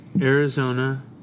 Arizona